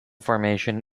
formation